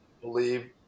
believe